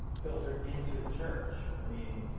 filtered into the church. i mean,